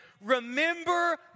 Remember